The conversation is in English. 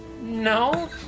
No